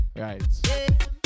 Right